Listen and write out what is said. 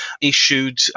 issued